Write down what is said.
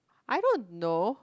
I don't know